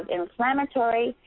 inflammatory